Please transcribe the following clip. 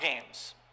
games